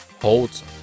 holds